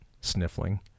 sniffling